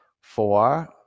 four